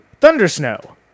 thundersnow